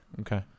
okay